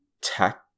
tech